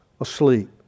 asleep